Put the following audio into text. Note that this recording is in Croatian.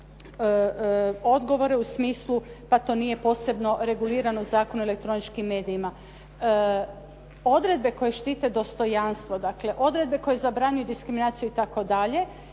odgovore u smislu pa to nije posebno regulirano Zakon o elektroničkim medijima. Odredbe koje štite dostojanstvo, dakle, odredbe koje zabranjuju diskriminaciju itd.,